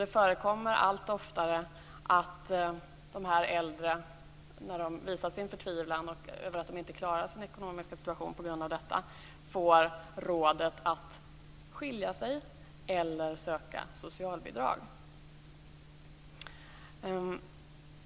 Det förekommer allt oftare att de äldre när de visar sin förtvivlan över att inte klara sin ekonomiska situation på grund av detta får rådet att skilja sig eller söka socialbidrag.